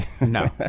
No